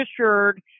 assured